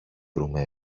βρούμε